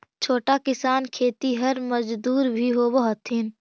छोटा किसान खेतिहर मजदूर भी होवऽ हथिन